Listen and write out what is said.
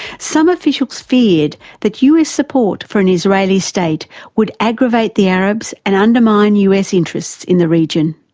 some officials feared that us support for and israeli state would aggravate the arabs and undermine us interests in the region.